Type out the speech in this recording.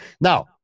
Now